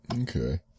Okay